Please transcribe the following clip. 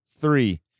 three